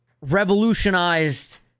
revolutionized